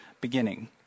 beginning